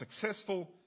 successful